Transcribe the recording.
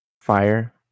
Fire